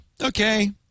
Okay